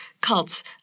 Cults